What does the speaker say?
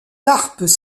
carpes